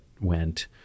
went